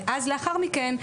לאחר מכן,